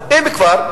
אם כבר,